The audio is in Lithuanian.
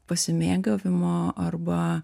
pasimėgavimo arba